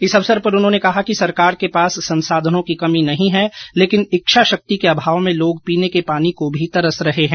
इस अवसर पर उन्होंने कहा कि सरकार के पास संसाधनों की कमी नहीं है लेकिन इच्छा शक्ति के अभाव में लोग पीने के पानी को भी तरस रहे हैं